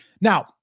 Now